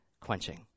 quenching